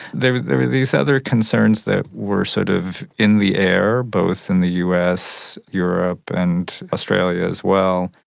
there there were these other concerns that were sort of in the air, both in the us, europe and australia as well.